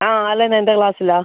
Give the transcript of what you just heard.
ആ അലൻ എൻ്റെ ക്ലാസിലാണ്